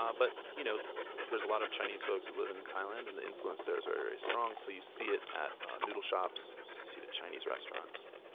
are but you know a lot of chinese folks that live in thailand, and the influence there is very very strong, so you see it at noodle shops, you see it at chinese restaurants,